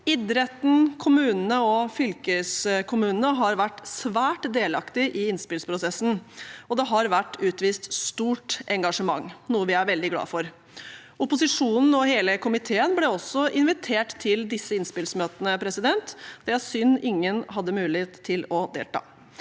Idretten, kommunene og fylkeskommunene har vært svært delaktige i innspillsprosessen, og det har vært utvist stort engasjement, noe vi er veldig glade for. Opposisjonen og hele komiteen ble også invitert til disse innspillsmøtene. Det er synd at ingen hadde mulighet til å delta.